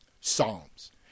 Psalms